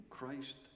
Christ